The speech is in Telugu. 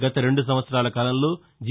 గత రెండు సంవత్సరాల కాలంలో జి